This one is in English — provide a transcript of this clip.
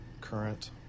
current